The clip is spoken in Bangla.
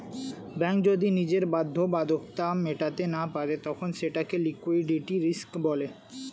ব্যাঙ্ক যদি নিজের বাধ্যবাধকতা মেটাতে না পারে তখন সেটাকে লিক্যুইডিটি রিস্ক বলে